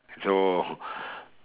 so